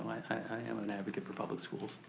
i am an advocate for public schools.